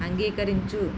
అంగీకరించు